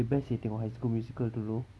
eh best seh tengok high school musical dulu